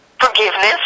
Forgiveness